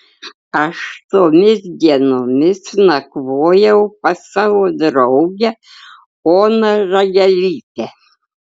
aš tomis dienomis nakvojau pas savo draugę oną ragelytę